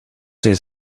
his